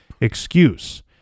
excuse